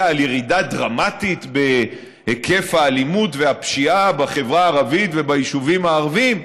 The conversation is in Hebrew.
על ירידה דרמטית בהיקף האלימות והפשיעה בחברה הערבית וביישובים הערביים?